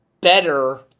better